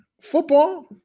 football